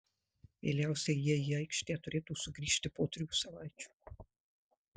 vėliausiai jie į aikštę turėtų sugrįžti po trijų savaičių